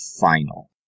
final